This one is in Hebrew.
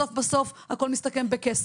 בסוף הכל מסתכם בכסף,